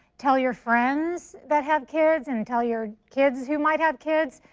tell your friends that have kids and tell your kids who might have kids.